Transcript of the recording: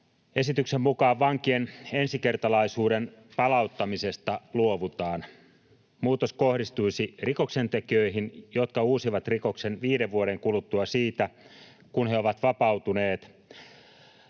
Esityksen mukaan vankien ensikertalaisuuden palauttamisesta luovutaan. Muutos kohdistuisi rikoksentekijöihin, jotka uusivat rikoksen viiden vuoden kuluttua siitä, kun he ovat vapautuneet